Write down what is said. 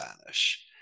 Spanish